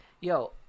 yo